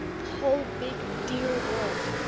the whole big dear world.